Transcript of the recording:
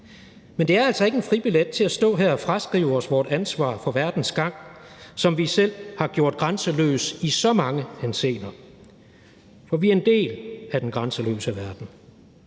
men det er altså ikke en fribillet til at stå her og fraskrive os vort ansvar for verdens gang, som vi selv har gjort grænseløs i så mange henseender. For vi er en del af den grænseløse verden.